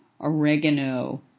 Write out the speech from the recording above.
oregano